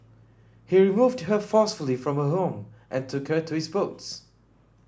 he removed her forcefully from her home and took her to his boats